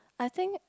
I think